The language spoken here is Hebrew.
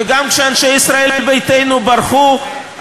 וגם כשאנשי ישראל ביתנו ברחו,